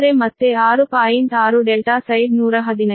6 ∆ side 115